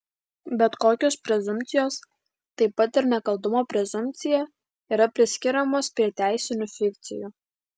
bet kokios prezumpcijos taip pat ir nekaltumo prezumpcija yra priskiriamos prie teisinių fikcijų